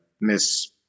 miss